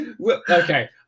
Okay